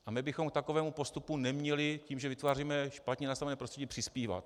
A my bychom k takovému postupu neměli tím, že vytváříme špatně nastavené prostředí, přispívat.